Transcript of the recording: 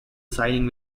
signing